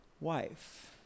wife